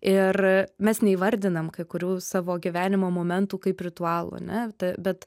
ir mes neįvardinam kai kurių savo gyvenimo momentų kaip ritualo ane bet